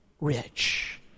rich